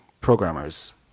programmers